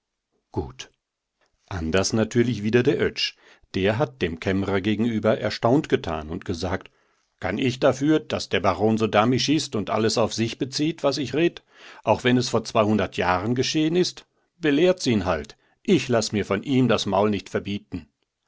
gut anders natürlich wieder der oetsch der hat dem kämmerer gegenüber erstaunt getan und gesagt kann ich dafür daß der baron so damisch ist und alles aus sich bezieht was ich red auch wenn es vor zweihundert jahren geschehen ist belehrt's ihn halt ich lass mir von ihm das maul nicht verbieten